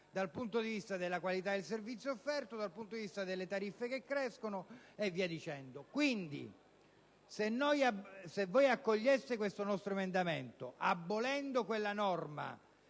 dal punto di vista della qualità del servizio offerto e delle tariffe che crescono, e via dicendo. Quindi, se accoglieste questo nostro emendamento, abolendo quella norma